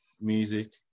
music